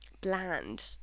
bland